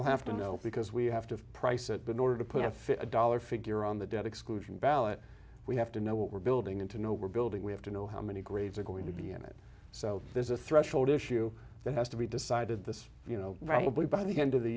we'll have to know because we have to price it been ordered to put a fit a dollar figure on the debt exclusion ballot we have to know what we're building and to know we're building we have to know how many graves are going to be in it so there's a threshold issue that has to be decided this you know right away by the end of the